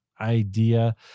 idea